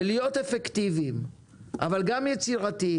ולהיות אפקטיביים, אבל גם יצירתיים.